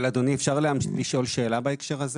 אבל אדוני, אפשר לשאול שאלה בהקשר הזה?